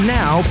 now